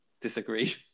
disagree